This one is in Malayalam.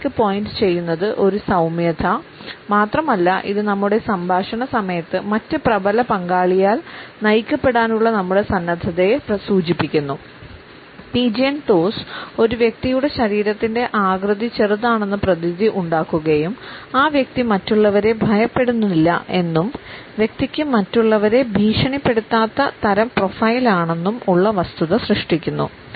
നേരെമറിച്ച് പിജിയൺ ടോസ് ഒരു വ്യക്തിയുടെ ശരീരത്തിൻറെ ആകൃതി ചെറുതാണെന്ന പ്രതീതി ഉണ്ടാക്കുകയും ആ വ്യക്തി മറ്റുള്ളവരെ ഭയപ്പെടുത്തുന്നില്ല എന്നും വ്യക്തിക്ക് മറ്റുള്ളവരെ ഭീഷണിപ്പെടുതാത്ത തരം പ്രോഫൈൽ ആണെന്നും ഉള്ള വസ്തുത സൃഷ്ടിക്കുന്നു